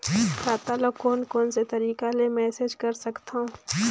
खाता ल कौन कौन से तरीका ले मैनेज कर सकथव?